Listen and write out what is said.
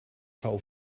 sou